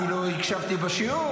אני לא הקשבתי בשיעור.